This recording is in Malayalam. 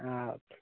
ആ ഓക്കെ ഓക്കേ